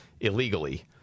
illegally